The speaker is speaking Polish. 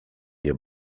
nie